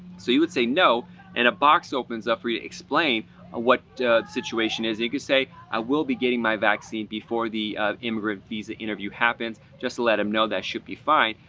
so you would say no and a box opens up for you to explain what the situation is. you can say, i will be getting my vaccine before the immigrant visa interview happens. just let them know. that should be fine.